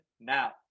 now